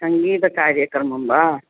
सङ्गीतकार्यक्रमः वा